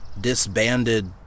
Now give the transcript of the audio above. disbanded